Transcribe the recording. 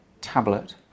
tablet